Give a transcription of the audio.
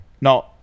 No